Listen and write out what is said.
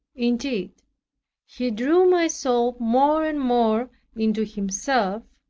indeed he drew my soul more and more into himself,